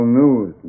news